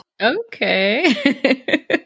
okay